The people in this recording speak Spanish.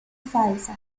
falsa